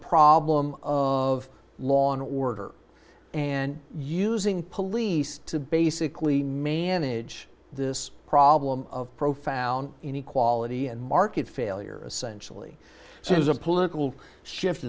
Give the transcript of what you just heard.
problem of law and order and using police to basically manage this problem of profound inequality and market failure essentially so as a political shift